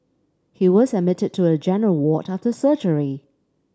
he was admitted to a general ward after surgery